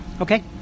Okay